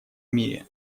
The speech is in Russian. мире